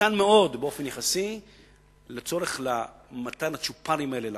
קטן מאוד באופן יחסי לצורך למתן הצ'ופרים האלה לעשירים.